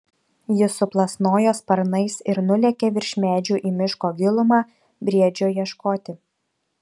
jis suplasnojo sparnais ir nulėkė virš medžių į miško gilumą briedžio ieškoti